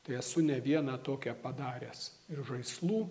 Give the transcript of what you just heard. tai esu ne vieną tokią padaręs ir žaislų